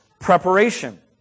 preparation